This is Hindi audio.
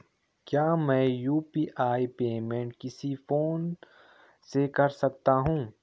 क्या मैं यु.पी.आई पेमेंट किसी भी फोन से कर सकता हूँ?